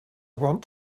want